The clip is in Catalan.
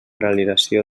realització